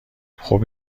خوب